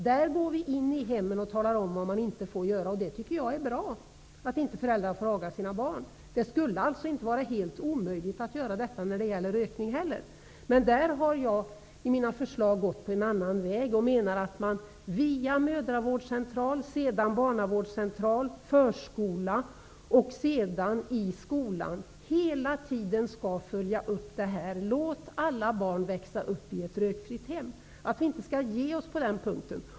Vi går in och talar om vad man inte får göra i hemmen. Jag tycker att det är bra, att föräldrar inte får aga sina barn. Det skulle således inte vara helt omöjligt att lagstifta när det gäller rökning. I mina förslag har jag emellertid gått på en annan väg och menar att man via mödravårdscentral, barnavårdscentral, förskola och i skolan hela tiden skall följa upp det här -- låt alla barn växa upp i ett rökfritt hem. Vi får inte ge oss på den punkten.